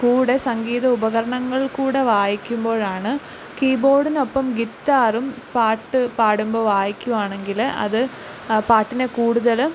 കൂടെ സംഗീത ഉപകരണങ്ങൾ കൂടെ വായിക്കുമ്പോഴാണ് കീബോർഡിനൊപ്പം ഗിത്താറും പാട്ടു പാടുമ്പോൾ വായിക്കുകയാണെങ്കിൽ അത് ആ പാട്ടിനെ കൂടുതലും